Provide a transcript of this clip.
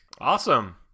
Awesome